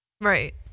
Right